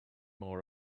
more